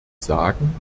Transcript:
sagen